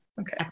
Okay